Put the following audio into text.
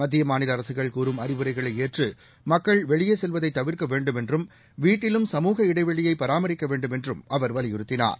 மத்திய மாநில அரசுகள் கூறும் அறிவுரைகளை ஏற்று மக்கள் வெளியே செல்வதை தவிாக்க வேண்டும் என்றும் வீட்டிலும் சமூக இடைவெளியை பராமரிக்க வேண்டும் என்றும் அவர் வலியுறுத்தினார்